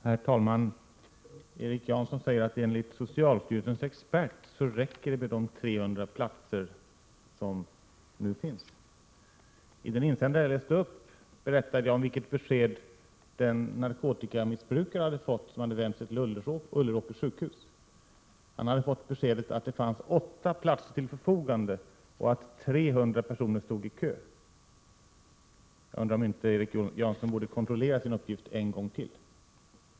Herr talman! Erik Janson säger att enligt socialstyrelsens experter räcker det med de 300 platser som nu finns. Av den insändare som jag läste upp framgick vilket besked den narkotikamissbrukare hade fått som hade vänt sig till Ulleråkers sjukhus. Han hade fått beskedet att det fanns åtta platser till förfogande och att 300 personer stod i kö. Jag undrar om inte Erik Janson borde kontrollera sin uppgift en gång till.